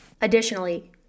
Additionally